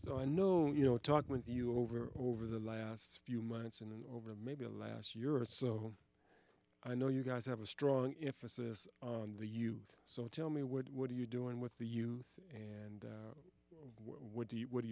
so i know you know talked with you over over the last few months and over maybe the last year or so i know you guys have a strong emphasis on the youth so tell me what are you doing with the youth and what do you what do